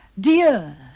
Dear